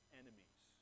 enemies